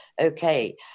Okay